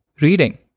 reading